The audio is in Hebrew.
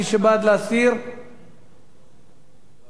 מי שבעד להסיר, נגד.